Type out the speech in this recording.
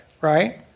right